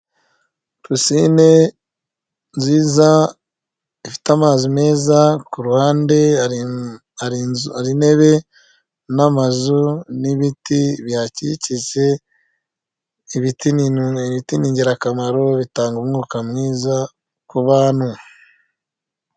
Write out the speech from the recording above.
Pisine nziza ifite amazi meza, kuruhande hari intebe n’ amazu. Ni ibiti bihakikije. Ibiki ni girakamaro bitanga umwuka mwiza kubantu.